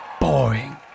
Boring